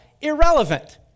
irrelevant